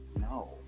No